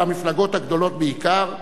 והמפלגות הגדולות בעיקר,